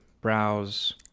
Browse